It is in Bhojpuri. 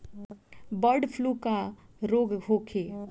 बडॅ फ्लू का रोग होखे?